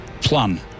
plan